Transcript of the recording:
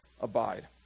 abide